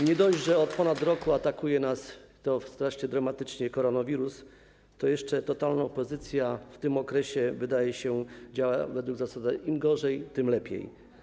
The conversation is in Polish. Nie dość, że od ponad roku atakuje nas tak strasznie dramatycznie koronawirus, to jeszcze totalna opozycja w tym okresie, wydaje się, działa według zasady: im gorzej, tym lepiej.